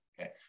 okay